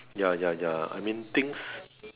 ya ya ya I mean things